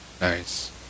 Nice